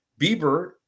Bieber